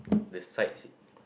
the sights